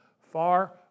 far